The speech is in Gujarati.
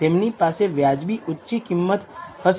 તેમની પાસે વ્યાજબી ઉચી કિંમત હશે